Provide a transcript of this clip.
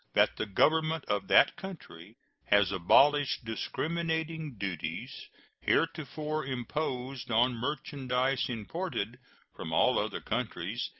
that the government of that country has abolished discriminating duties heretofore imposed on merchandise imported from all other countries,